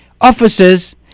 officers